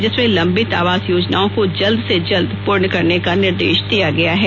जिसमें लंबित आवास योजनाओं को जल्द से जल्द पूर्ण करने का निर्देश दिया गया है